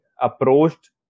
approached